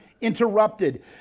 interrupted